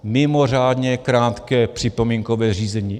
Mimořádně krátké připomínkové řízení.